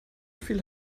viel